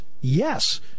Yes